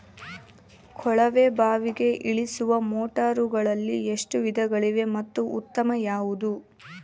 ಕೊಳವೆ ಬಾವಿಗೆ ಇಳಿಸುವ ಮೋಟಾರುಗಳಲ್ಲಿ ಎಷ್ಟು ವಿಧಗಳಿವೆ ಮತ್ತು ಉತ್ತಮ ಯಾವುದು?